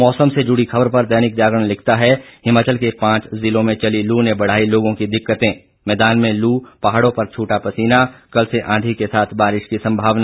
मौसम से जुड़ी ख़बर पर दैनिक जागरण लिखता है हिमाचल के पांच जिलों में चली लू ने बढ़ाई लोगों की दिक्कतें मैदान में लू पहाड़ों पर छूटा पसीना कल से आंधी के साथ बारिश की संभावना